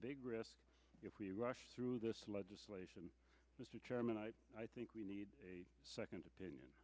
big risk if we rush through this legislation mr chairman i think we need a second opinion